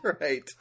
right